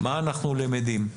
מה אנחנו למדים.